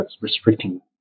restricting